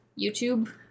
YouTube